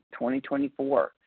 2024